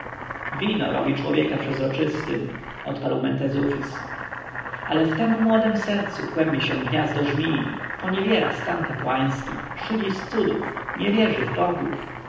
wino robi człowieka przezroczystym odparł mentezufis ależ w tem młodem sercu kłębi się gniazdo żmij poniewiera stan kapłański szydzi z cudów nie wierzy w bogów